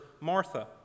Martha